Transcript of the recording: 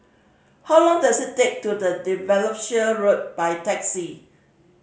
how long does it take to the Derbyshire Road by taxi